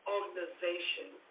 Organization